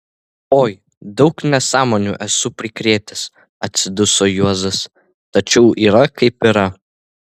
oi daug nesąmonių esu prikrėtęs atsiduso juozas tačiau yra kaip yra